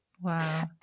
Wow